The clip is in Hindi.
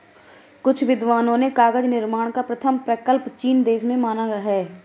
कुछ विद्वानों ने कागज निर्माण का प्रथम प्रकल्प चीन देश में माना है